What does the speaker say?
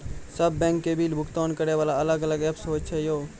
सब बैंक के बिल भुगतान करे वाला अलग अलग ऐप्स होय छै यो?